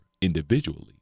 individually